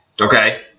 Okay